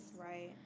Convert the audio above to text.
right